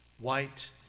white